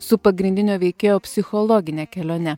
su pagrindinio veikėjo psichologine kelione